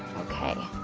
okay.